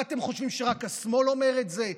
מה אתם חושבים, שרק השמאל אומר את זה?